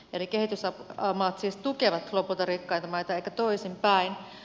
eli kehitysmaat siis tukevat lopulta rikkaita maita eikä toisinpäin